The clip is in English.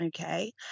Okay